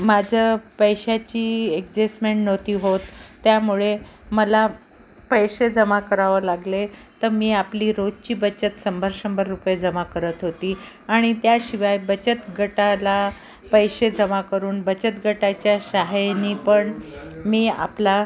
माझं पैशाची अॅड्जेस्टमेंट नव्हती होत त्यामुळे मला पैसे जमा करावं लागले तर मी आपली रोजची बचत शंभर शंभर रुपये जमा करत होती आणि त्याशिवाय बचत गटाला पैसे जमा करून बचत गटाच्या सहायानीपण मी आपला